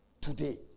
Today